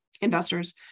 investors